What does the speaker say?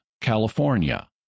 California